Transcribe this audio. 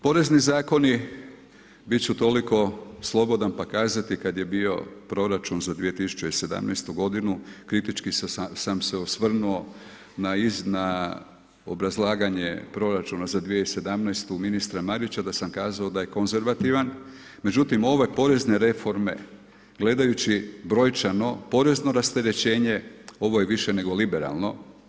Porezni zakoni, biti ću toliko slobodan pa kazati kad je bio proračun za 2017. kritički sam se osvrnuo na obrazlaganje proračuna za 2017. ministra Marića da sam kazao da je konzervativan, međutim ove porezne reforme gledajući brojčano porezno rasterećenje ovo je više nego liberalno.